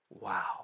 wow